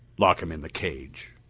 lock him in the cage.